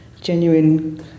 genuine